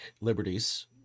liberties